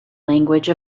language